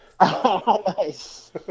Nice